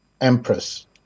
Empress